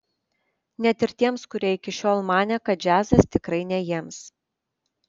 net ir tiems kurie iki šiol manė kad džiazas tikrai ne jiems